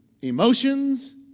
emotions